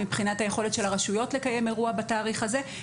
מבחינת היכולת של הרשויות לקיים אירוע בתאריך הזה.